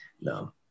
no